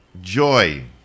Joy